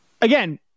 Again